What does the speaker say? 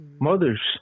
mothers